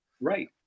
Right